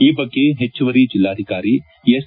ಈ ಬಗ್ಗೆ ಹೆಚ್ಚುವರಿ ಜಿಲ್ಲಾಧಿಕಾರಿ ಎಸ್